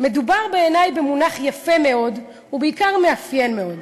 מדובר בעיני במונח יפה מאוד ובעיקר מאפיין מאוד.